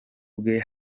bwe